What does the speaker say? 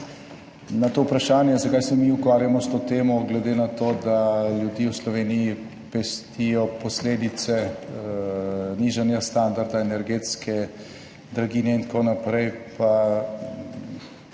Na to vprašanje, zakaj se mi ukvarjamo s to temo, glede na to, da ljudi v Sloveniji pestijo posledice nižanja standarda, energetske draginje in tako naprej, jaz